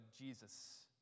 Jesus